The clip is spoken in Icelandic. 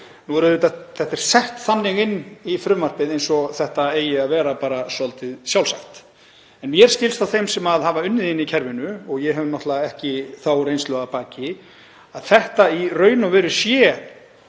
Nú er þetta sett inn í frumvarpið eins og þetta eigi að vera svolítið sjálfsagt en mér skilst á þeim sem hafa unnið inni í kerfinu, og ég hef náttúrlega ekki þá reynslu að baki, að þetta sé í raun og veru